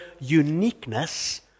uniqueness